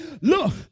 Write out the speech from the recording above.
Look